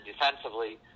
defensively